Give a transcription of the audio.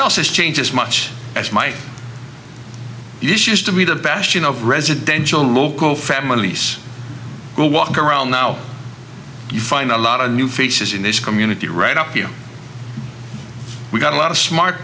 else has changed as much as my issues to be the bastion of residential local families who walk around now you find a lot of new faces in this community right up here we've got a lot of smart